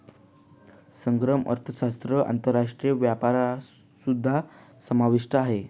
समग्र अर्थशास्त्रात आंतरराष्ट्रीय व्यापारसुद्धा समाविष्ट आहे